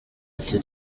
ati